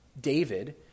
David